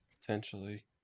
potentially